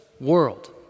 world